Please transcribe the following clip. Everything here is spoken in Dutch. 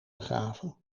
begraven